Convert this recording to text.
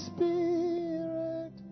Spirit